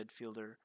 midfielder